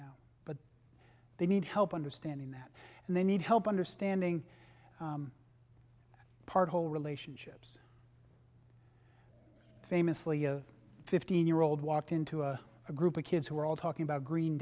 now but they need help understanding that and they need help understanding that part whole relationships famously a fifteen year old walked into a group of kids who were all talking about green